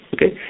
Okay